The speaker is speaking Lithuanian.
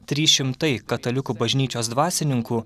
trys šimtai katalikų bažnyčios dvasininkų